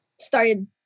started